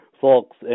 folks